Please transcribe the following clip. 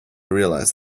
realize